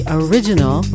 original